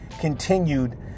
continued